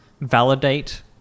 validate